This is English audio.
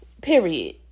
period